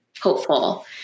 hopeful